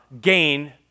Gain